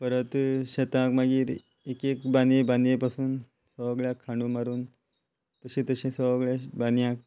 परत शेतांक मागीर एक एक बानये बानये पासून सगळ्या खांडू मारून तशे तशे सगळ्या बानय